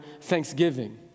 thanksgiving